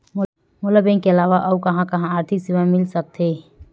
मोला बैंक के अलावा आऊ कहां कहा आर्थिक सेवा मिल सकथे?